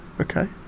okay